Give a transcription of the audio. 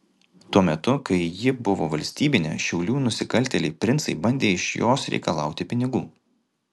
tuo metu kai ji buvo valstybinė šiaulių nusikaltėliai princai bandė iš jos reikalauti pinigų